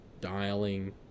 dialing